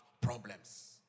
problems